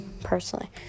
personally